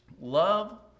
Love